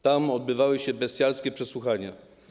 Tam odbywały się bestialskie przesłuchania.